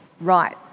right